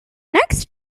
next